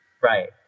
Right